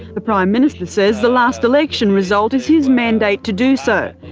the prime minister says the last election result is his mandate to do so.